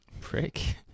prick